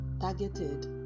targeted